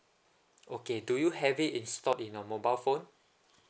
okay do you have it installed in your mobile phone